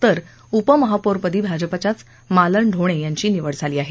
तर उपमहापौरपदी भाजपाच्याच मालन ढोणे यांची निवड झाली आहे